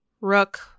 Rook